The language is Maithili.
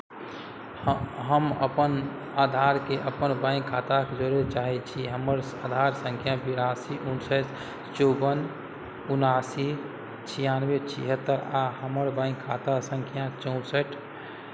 हम हम अपन आधारकेँ अपन बैंक खाताकेँ जोड़य चाहैत छी हमर आधार सङ्ख्या बिरासी उनसठि चौबन उनासी छियानबे छिहत्तरि आ हमर बैंक खाता सङ्ख्या चौंसठि